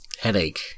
headache